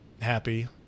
happy